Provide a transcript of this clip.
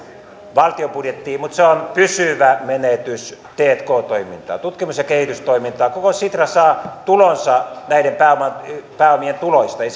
valtion budjettiin mutta se on pysyvä menetys tk toimintaan tutkimus ja kehitystoimintaan koko sitra saa tulonsa näiden pääomien tuloista ei